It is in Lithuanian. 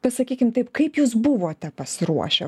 pasakykim taip kaip jūs buvote pasiruošę